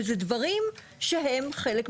וזה דברים שהם חלק מהדבר.